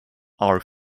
are